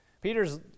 Peter's